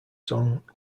song